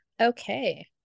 Okay